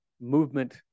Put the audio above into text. movement